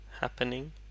happening